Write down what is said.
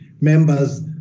members